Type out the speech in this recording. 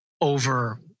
over